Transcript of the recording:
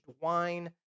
wine